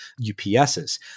UPSs